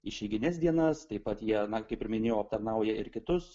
išeigines dienas taip pat jie na kaip ir minėjau aptarnauja ir kitus